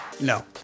no